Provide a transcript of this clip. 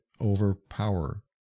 overpower